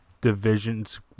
divisions